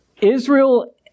Israel